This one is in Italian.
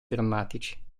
drammatici